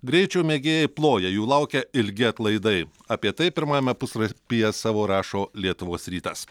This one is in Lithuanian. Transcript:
greičio mėgėjai ploja jų laukia ilgi atlaidai apie tai pirmajame pusrapyje savo rašo lietuvos rytas